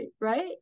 Right